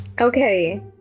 Okay